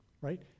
right